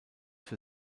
für